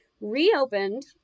reopened